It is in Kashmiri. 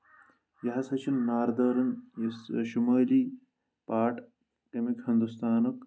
یہِ ہسا چھُنہٕ ناردٲرٕن یُس شُمٲلی پاٹ تمیُک ہندوستانُک